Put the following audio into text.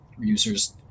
users